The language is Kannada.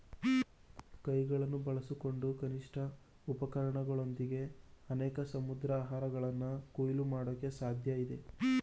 ಕೈಗಳನ್ನು ಬಳಸ್ಕೊಂಡು ಕನಿಷ್ಠ ಉಪಕರಣಗಳೊಂದಿಗೆ ಅನೇಕ ಸಮುದ್ರಾಹಾರಗಳನ್ನ ಕೊಯ್ಲು ಮಾಡಕೆ ಸಾಧ್ಯಇದೆ